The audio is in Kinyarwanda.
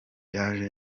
yaje